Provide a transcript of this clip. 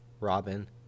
Robin